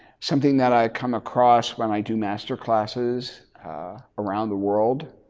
something that i come across when i do master classes around the world